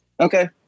Okay